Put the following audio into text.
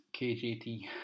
KJT